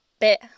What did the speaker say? bit